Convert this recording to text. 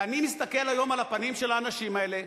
ואני מסתכל היום על הפנים של האנשים האלה,